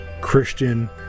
Christian